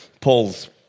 Paul's